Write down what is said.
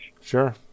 Sure